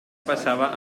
passava